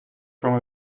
from